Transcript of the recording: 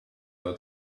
our